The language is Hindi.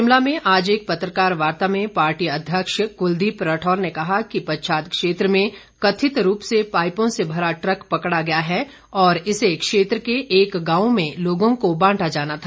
शिमला में आज एक पत्रकार वार्ता में पार्टी अध्यक्ष कुलदीप राठौर ने कहा कि पच्छाद क्षेत्र में कथित रूप से पाईपों से भरा ट्रक पकड़ा गया है और इसे क्षेत्र के एक गांव में लोगों को बांटा जाना था